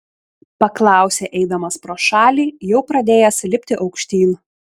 paklausė eidamas pro šalį jau pradėjęs lipti aukštyn